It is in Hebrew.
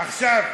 עכשיו,